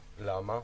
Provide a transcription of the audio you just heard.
למה?